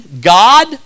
God